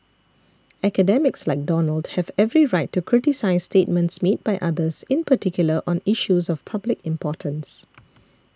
academics like Donald have every right to criticise statements made by others in particular on issues of public importance